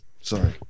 Sorry